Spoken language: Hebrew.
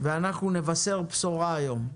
ואנחנו נבשר בשורה היום,